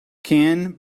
can